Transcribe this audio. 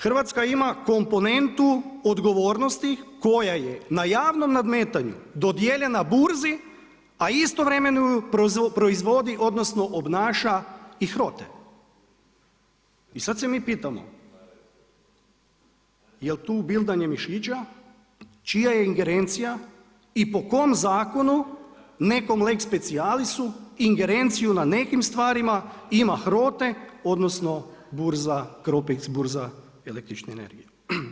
Hrvatska ima komponentu odgovornosti koja je na javnom nadmetanju dodijeljena burzi a istovremeno proizvodno odnosno obnaša ih HROT-e i sad se mi pitamo jel' tu bildanje mišića, čija je ingerencija i po kom zakonu nekom lex specialisu, ingerenciju na nekim stvarima ima HROT-e odnosno CROPEX, Burza električne energije.